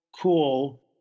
cool